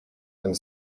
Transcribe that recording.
and